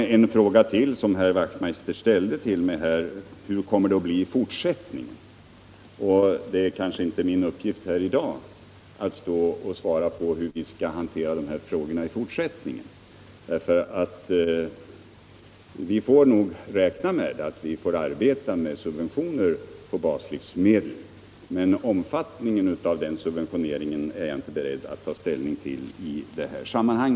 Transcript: Herr Wachtmeister frågade mig också hur det kommer att bli i fortsättningen. Det är inte i dag min uppgift att redovisa hur vi skall hantera dessa frågor i fortsättningen. Vi får nog räkna med fortsatta subventioner på baslivsmedel, men omfattningen av den subventioneringen är jag inte beredd att ta ställning till i detta sammanhang.